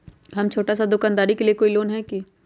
हम छोटा सा दुकानदारी के लिए कोई लोन है कि?